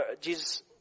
Jesus